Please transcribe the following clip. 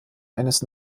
eines